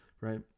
right